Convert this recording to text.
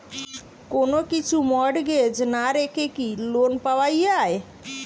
কোন কিছু মর্টগেজ না রেখে কি লোন পাওয়া য়ায়?